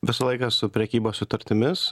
visą laiką su prekybos sutartimis